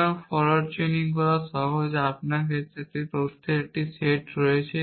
সুতরাং forward chain করা সহজ আপনার কাছে তথ্যের একটি সেট রয়েছে